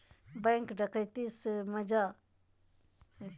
bank डकैती मे सज़ा के साथ जुर्माना भी लगावल जा हय